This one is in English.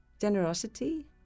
generosity